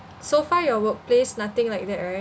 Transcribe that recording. so far your workplace nothing like that right